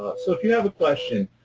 ah so if you have a question,